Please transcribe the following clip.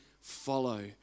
follow